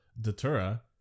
Datura